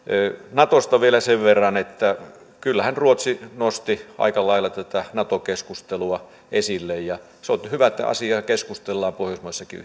natosta vielä sen verran että kyllähän ruotsi nosti aika lailla tätä nato keskustelua esille ja se on hyvä että asiasta keskustellaan pohjoismaisessakin